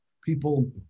people